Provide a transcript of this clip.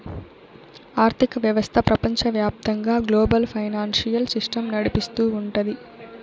ఆర్థిక వ్యవస్థ ప్రపంచవ్యాప్తంగా గ్లోబల్ ఫైనాన్సియల్ సిస్టమ్ నడిపిస్తూ ఉంటది